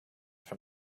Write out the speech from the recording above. from